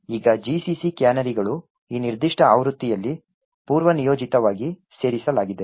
ಈಗ GCC ಕ್ಯಾನರಿಗಳ ಈ ನಿರ್ದಿಷ್ಟ ಆವೃತ್ತಿಯಲ್ಲಿ ಪೂರ್ವನಿಯೋಜಿತವಾಗಿ ಸೇರಿಸಲಾಗಿದೆ